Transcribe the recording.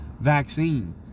vaccine